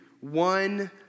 one